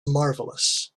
marvelous